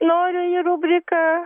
noriu į rubriką